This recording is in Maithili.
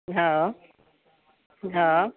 हँ हँ